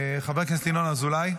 חבר הכנסת ינון אזולאי.